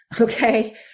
Okay